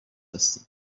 هستیم